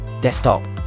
desktop